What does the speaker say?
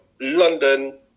London